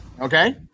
Okay